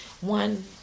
one